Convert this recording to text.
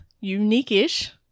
unique-ish